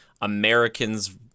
Americans